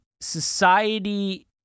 society